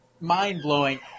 mind-blowing